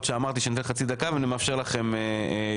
שאמרתי שאני אתן חצי דקה ואני מאפשר לכם יותר.